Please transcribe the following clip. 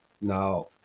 now –